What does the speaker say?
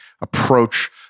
approach